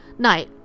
Night